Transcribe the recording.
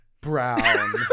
Brown